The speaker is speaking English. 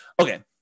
Okay